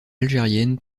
algérienne